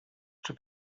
czy